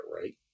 right